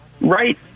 right